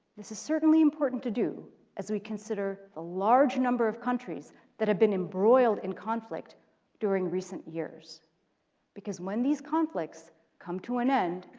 this is certainly important to do as we consider the large number of countries that have been embroiled in conflict during recent years because when these conflicts come to an end,